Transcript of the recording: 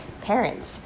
parents